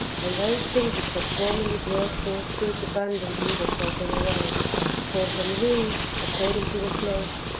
and those things which had formerly brought forth fruit abundantly were taken away for from these, according to the flesh,